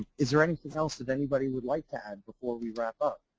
is there anything else that anybody would like to add before we wrap up?